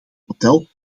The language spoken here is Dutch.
model